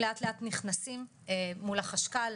ביטוחים לאט לאט נכנסים מול החשכ"ל,